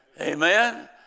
Amen